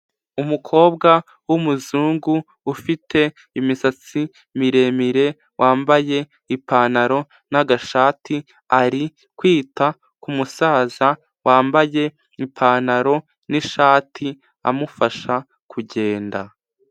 Umukobwa w'umuzungu ufite imisatsi miremire, wambaye ipantaro n'agashati, ari kwita ku musaza wambaye ipantaro n'ishati, amufasha kugenda.